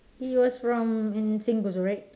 he was from n sync also right